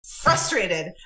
Frustrated